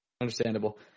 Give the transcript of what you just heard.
Understandable